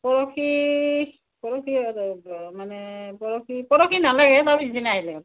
পৰহি পৰহি মানে পৰহি পৰহি নালাগে তাৰ পিচদিনা আহিলে হ'ল